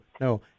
no